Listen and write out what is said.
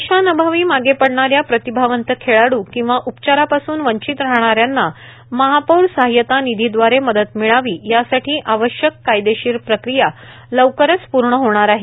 पैशांअभावी मागे पडणा या प्रतिभावंत खेळाडू किंवा उपचारापासून वंचित राहणा यांना महापौर सहायता निधीदवारे मदत मिळावी यासाठी आवश्यक कायदेशीर प्रक्रिया लवकरच पूर्ण होणार आहे